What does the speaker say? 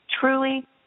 truly